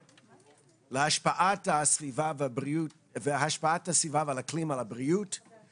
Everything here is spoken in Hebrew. להשפעת הסביבה והאקלים על בריאות הציבור,